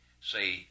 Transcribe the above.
Say